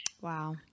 Wow